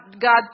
God